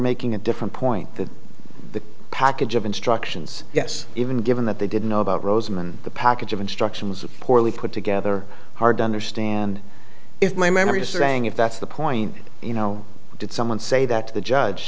making a different point that the package of instructions yes even given that they didn't know about roseman the package of instructions poorly put together hard to understand if my memory is saying if that's the point you know did someone say that the judge